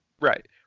Right